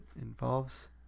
involves